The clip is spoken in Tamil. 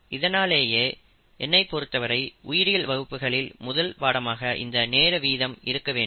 இதனாலேயே என்னைப் பொருத்தவரை உயிரியல் வகுப்புகளில் முதல் பாடமாக இந்த நேர வீதம் இருக்க வேண்டும்